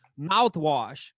mouthwash